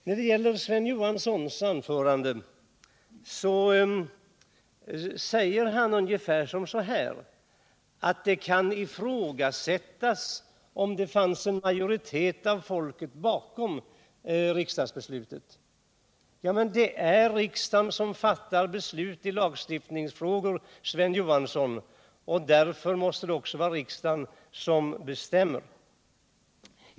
Vad Sven Johansson sade i sitt anförande var ungefär att det kan ifrågasättas, om det fanns en majoritet av folket bakom riksdagsbeslutet. Ja, men det är riksdagen som fattar beslut i lagstiftningsfrågor, Sven Johansson, och därför måste det också vara riksdagen som bestämmer i detta fall.